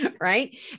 Right